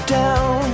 down